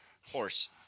horse